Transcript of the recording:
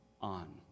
on